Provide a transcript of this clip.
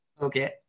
Okay